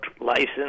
license